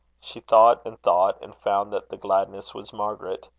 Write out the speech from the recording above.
she thought and thought, and found that the gladness was margaret.